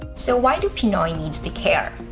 so why do pinoy needs to care?